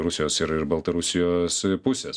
rusijos ir ir baltarusijos pusės